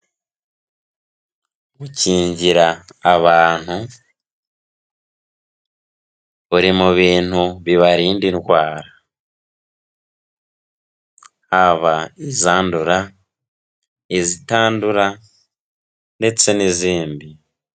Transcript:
Gukingira abantu biri mu bintu bibarinda indwara haba izandura, izitandura ndetse n'izindi.